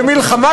במלחמה,